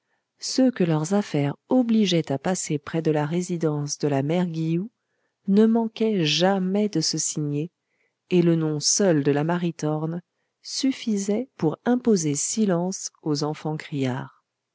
ceux que leurs affaires obligeaient à passer près de la résidence de la mère guilloux ne manquaient jamais de se signer et le nom seul de la maritorne suffisait pour imposer silence aux enfants criards